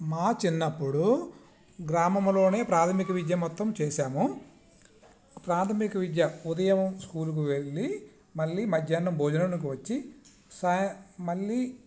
మా చిన్నపుడు గ్రామంలోనే ప్రాథమిక విద్య మొత్తం చేసాము ప్రాథమిక విద్య ఉదయం స్కూలుకి వెళ్ళి మళ్ళీ మధ్యాహ్నం భోజనానికి వచ్చి సా మళ్ళీ